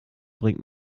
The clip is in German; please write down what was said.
bringt